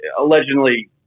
allegedly